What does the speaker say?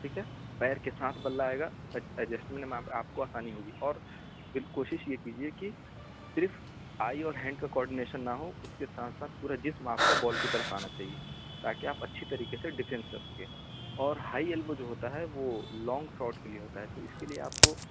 ٹھیک ہے پیر کے ساتھ بلا آئے گا ایجسٹمنٹ میں آپ کو آسانی ہوگی اور پھر کوشش یہ کیجیے کہ صرف آئی اور ہینڈ کا کواڈینیشن نہ اس کے ساتھ ساتھ پورا جسم آپ کا بال کی طرف آنا چاہیے تاکہ آپ اچھی طریقے سے ڈیفنس کر سکیں اور ہائی البو جو ہوتا ہے وہ لانگ شاٹ کے لیے ہوتا ہے تو اس کے لیے آپ کو